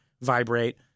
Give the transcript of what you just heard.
vibrate